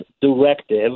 directive